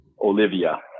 Olivia